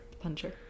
Puncher